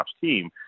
team